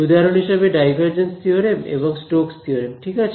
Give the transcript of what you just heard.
উদাহরণ হিসেবে divergence theorem এবং স্টোক্স থিওরেম ঠিক আছে